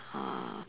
uh